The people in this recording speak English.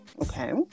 Okay